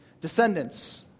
Descendants